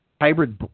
hybrid